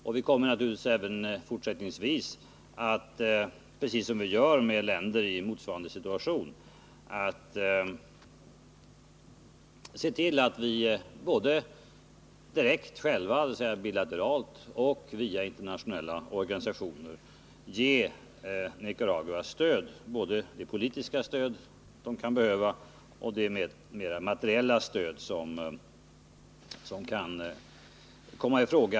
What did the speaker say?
Precis som vi gör när det gäller länder i motsvarande situation kommer vi naturligtvis även fortsättningsvis att se till att vi både bilateralt och via internationella organisationer ger Nicaragua hjälp. Jag avser då såväl det politiska stöd man kan behöva som det materiella stöd som kan komma i fråga.